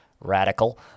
radical